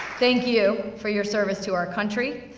thank you for your service to our country,